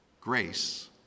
grace